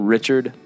Richard